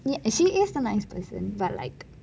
she is still a nice person but like